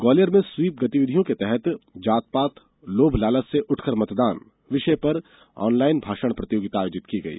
ग्वालियर में स्वीप गतिविधियों के तहत जात पात लोभ लालच से उठकर मतदान विषय पर ऑनलाईन भाषण प्रतियोगिता आयोजित की गई